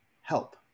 help